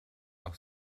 auch